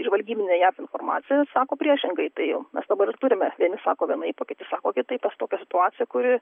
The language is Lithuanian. žvalgybinė jav informacija sako priešingai tai mes dabar ir turime vieni sako vienaip o kiti sako kitaip tokia situacija kuri